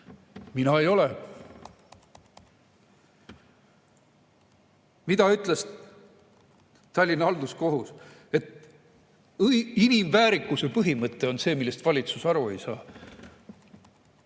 Mina ei ole. Mida ütles Tallinna Halduskohus? Et inimväärikuse põhimõte on see, millest valitsus aru ei saa.